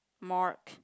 mark